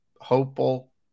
hopeful